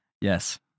Yes